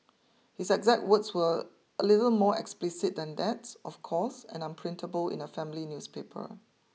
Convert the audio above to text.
his exact words were a little more explicit than that of course and unprintable in a family newspaper